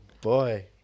boy